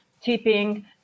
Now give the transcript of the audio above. tipping